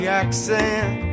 accent